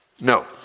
No